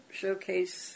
showcase